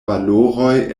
valoroj